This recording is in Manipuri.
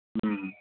ꯎꯝ